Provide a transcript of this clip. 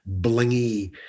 blingy